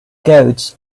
goats